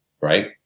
right